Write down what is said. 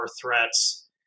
threats